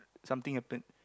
something happen